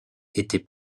était